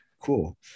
cool